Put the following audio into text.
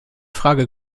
frage